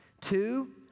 Two